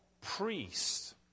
priests